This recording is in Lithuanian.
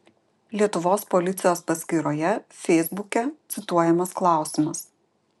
lietuvos policijos paskyroje feisbuke cituojamas klausimas